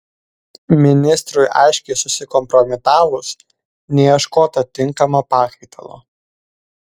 ministrui aiškiai susikompromitavus neieškota tinkamo pakaitalo